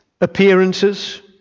appearances